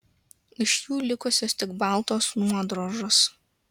iš jų likusios tik baltos nuodrožos